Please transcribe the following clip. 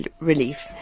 relief